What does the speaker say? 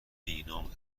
بینام